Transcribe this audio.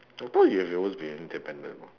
I thought you have always been independent [what]